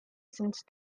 since